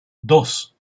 dos